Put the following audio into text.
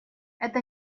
это